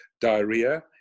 diarrhea